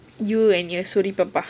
you and your சூரி பாப்பா:suuri paappaa